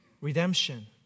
redemption